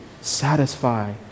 satisfy